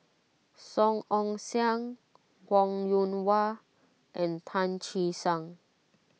Song Ong Siang Wong Yoon Wah and Tan Che Sang